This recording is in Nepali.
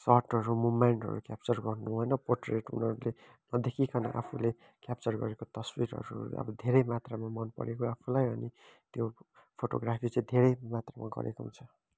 सटहरू मुमेन्टहरू क्याप्चर गर्नु होइन पोट्रेट उनीहरूले नदेखिकन आफुले क्याप्चर गरेको तस्बिरहरू अब धेरै मात्रामा मनपरेको आफुलाई अनि त्यो फोटोग्राफी चाहिँ धेरै मात्रामा गरेको पनि छ